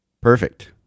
Perfect